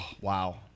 wow